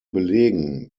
belegen